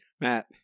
Matt